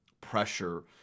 pressure